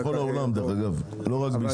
דרך אגב, בכל העולם אין נהגים, לא רק בישראל.